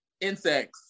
Insects